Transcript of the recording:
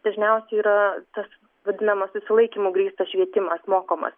dažniausiai yra tas vadinamas susilaikymu grįstas švietimas mokomas